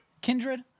Kindred